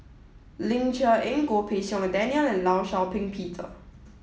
Ling Cher Eng Goh Pei Siong Daniel and Law Shau Ping Peter